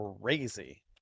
Crazy